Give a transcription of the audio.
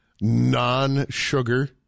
Non-sugar